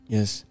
Yes